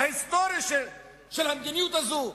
ההיסטורי של המדיניות הזאת,